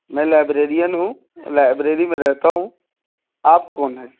میں لائبریریئن ہوں لائیبریری میں رہتا ہوں آپ کون ہیں